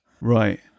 Right